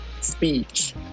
speech